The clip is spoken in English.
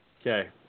okay